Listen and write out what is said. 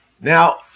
Now